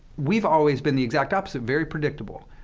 we've always been the exact opposite, very predictable.